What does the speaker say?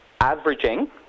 averaging